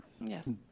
Yes